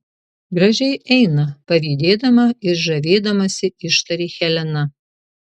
gražiai eina pavydėdama ir žavėdamasi ištarė helena